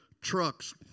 trucks